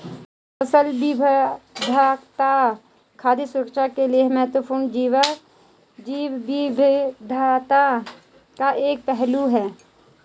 फसल विविधता खाद्य सुरक्षा के लिए महत्वपूर्ण जैव विविधता का एक पहलू है